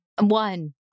One